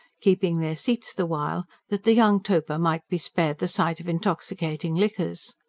keeping their seats the while that the young toper might be spared the sight of intoxicating liquors.